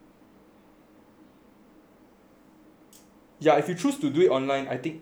yeah if you choose to do it online then everything can be done online lah